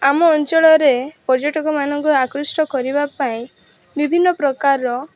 ଆମ ଅଞ୍ଚଳରେ ପର୍ଯ୍ୟଟକ ମାନଙ୍କୁ ଆକୃଷ୍ଟ କରିବା ପାଇଁ ବିଭିନ୍ନପ୍ରକାରର